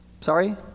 Sorry